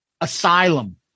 Asylum